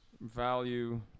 Value